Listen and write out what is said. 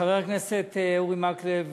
חבר הכנסת אורי מקלב